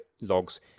logs